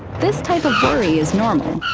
this type of worry is normal,